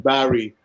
Barry